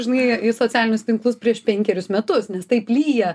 žinai į socialinius tinklus prieš penkerius metus nes taip lyja